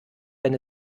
wenn